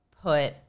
put